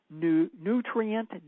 nutrient